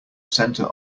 center